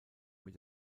mit